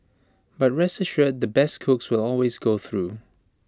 but rest assured the best cooks will always go through